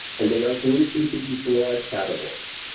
and they are grouped into these broad categories.